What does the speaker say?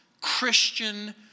Christian